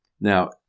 Now